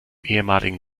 ehemaligen